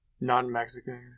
non-Mexican